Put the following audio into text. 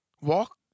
walk